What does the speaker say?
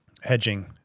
hedging